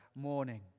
morning